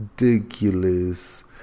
ridiculous